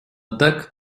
так